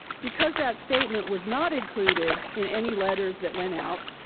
because that statement was not included in any letters that went out,